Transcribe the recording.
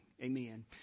Amen